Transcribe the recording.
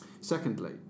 Secondly